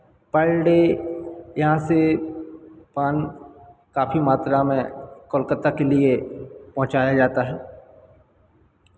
पर डे यहाँ से पान काफी मात्रा में कोलकाता के लिए पहुंचाया जाता है